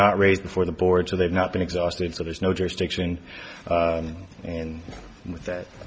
not raised before the board so they've not been exhausted so there's no jurisdiction and with that